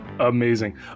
amazing